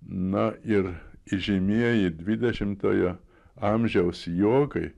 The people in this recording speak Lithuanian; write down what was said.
na ir įžymieji dvidešimtojo amžiaus jogai